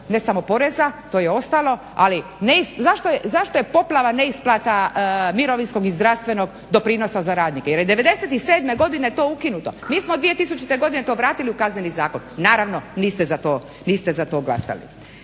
ne samo poreza to je ostalo, ali zašto je poplava neisplata mirovinskog i zdravstvenog doprinosa za radnike? Jer je 1997. godine to ukinuto. Mi smo 2000. godine to vratili u Kazneni zakon, naravno niste za to glasali.